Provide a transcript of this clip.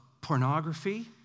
pornography